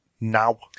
now